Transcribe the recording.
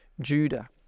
Judah